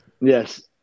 yes